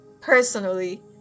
Personally